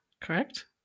correct